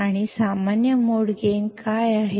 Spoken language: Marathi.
आणि सामान्य मोड गेन काय आहे